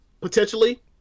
potentially